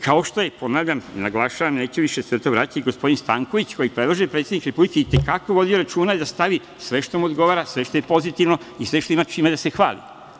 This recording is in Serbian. Kao što je, ponavljam, naglašavam, neću se više na to vraćati, gospodin Stanković, kojeg predlaže predsednik Republike, i te kako vodio računa da stavi sve što mu odgovara, sve što je pozitivno i sve čime ima da se hvali.